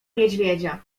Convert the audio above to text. niedźwiedzia